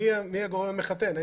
מי יהיה הגורם המחתן,